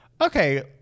okay